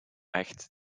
echt